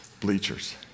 bleachers